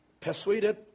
persuaded